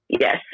Yes